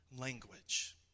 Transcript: language